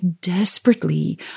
desperately